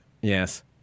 Yes